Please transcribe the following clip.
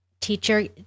teacher